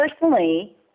personally